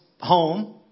home